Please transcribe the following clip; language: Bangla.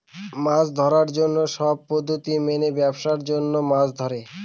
মাছ ধরার জন্য সব পদ্ধতি মেনে ব্যাবসার জন্য মাছ ধরে